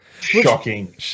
Shocking